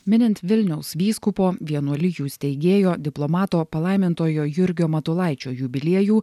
minint vilniaus vyskupo vienuolijų steigėjo diplomato palaimintojo jurgio matulaičio jubiliejų